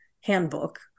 handbook